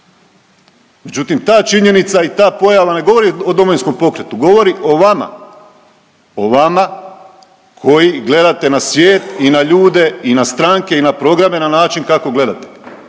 Međutim ta činjenica i ta pojava ne govori o Domovinskom pokretu, govori o vama. O vama koji gledate na svijet i na ljude i na stranke i na programe na način kako gledate.